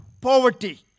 poverty